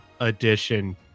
edition